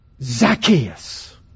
Zacchaeus